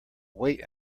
wait